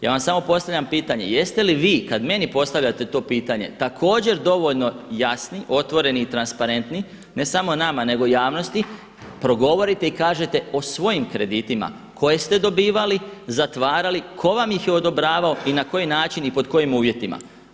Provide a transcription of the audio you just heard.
Ja vam samo postavljam pitanje jeste li vi kad meni postavljate to pitanje također dovoljno jasni, otvoreni i transparentni ne samo nama, nego javnosti progovorite i kažete osvojim kreditima koje ste dobivali, zatvarali, tko vam ih je odobravao i na koji način i pod kojim uvjetima.